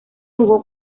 jugó